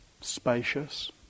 spacious